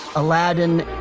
aladdin,